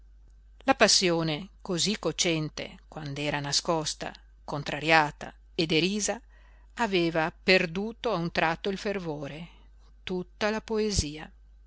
la passione cosí cocente quand'era nascosta contrariata e derisa aveva perduto a un tratto il fervore tutta la poesia